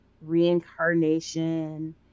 reincarnation